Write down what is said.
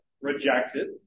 rejected